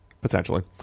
Potentially